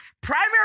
primary